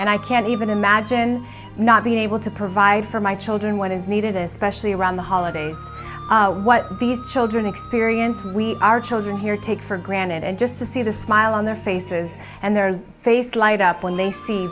and i can't even imagine not being able to provide for my children what is needed especially around the holidays what these children experience we our children here take for granted and just to see the smile on their faces and their faces light up when they see